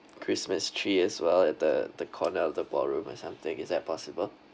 christmas tree as well at the the corner of the ballroom or something is that possible